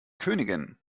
königin